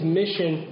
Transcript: mission